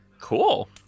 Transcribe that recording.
Cool